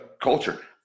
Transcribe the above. culture